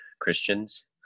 Christians